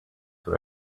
were